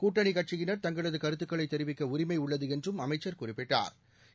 கூட்டணி கட்சியினர் தங்களது கருத்துக்களை தெரிவிக்க உரிமை உள்ளது என்றும் அமைச்சர் குறிப்பிட்டாள்